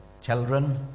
children